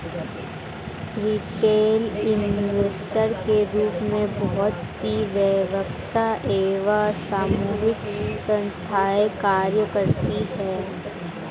retail investor के रूप में बहुत सी वैयक्तिक एवं सामूहिक संस्थाएं कार्य करती हैं